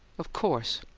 of course!